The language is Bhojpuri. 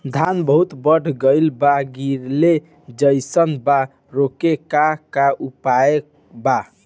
धान बहुत बढ़ गईल बा गिरले जईसन बा रोके क का उपाय बा?